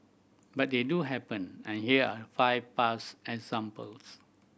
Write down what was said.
but they do happen and here are five past examples